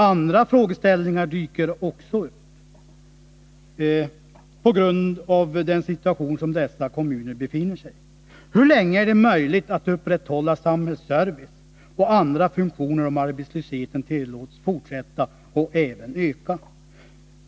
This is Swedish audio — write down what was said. Andra frågeställningar dyker också upp på grund av den situation som dessa kommuner befinner sig i: Hur länge är det möjligt att upprätthålla samhällsservice och andra funktioner om arbetslösheten tillåts att fortsätta och även öka?